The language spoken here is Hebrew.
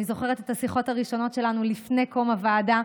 אני זוכרת את השיחות הראשונות שלנו לפני קום הוועדה.